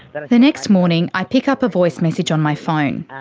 but the next morning i pick up a voice message on my phone.